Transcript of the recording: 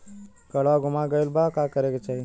काडवा गुमा गइला पर का करेके चाहीं?